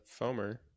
foamer